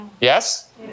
Yes